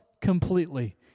completely